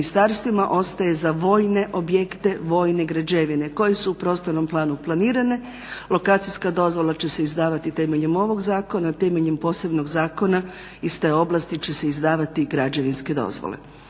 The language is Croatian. ostaje za vojne objekte, vojne građevine koje su u prostornom planu planirane. Lokacijska dozvola će se izdavati temeljem ovog zakona, temeljem posebnog zakona iste oblasti će se izdavati građevinske dozvole.